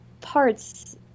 parts